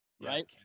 right